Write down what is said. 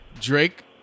Drake